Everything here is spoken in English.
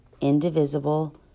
indivisible